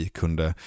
kunde